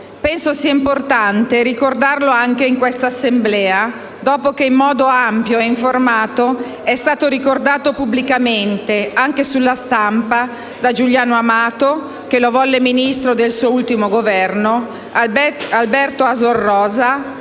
Penso sia importante ricordarlo anche in quest'Assemblea dopo che in modo ampio e informato è stato ricordato pubblicamente, anche sulla stampa, da Giuliano Amato (che lo volle Ministro nel suo ultimo Governo), Alberto Asor Rosa,